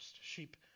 Sheep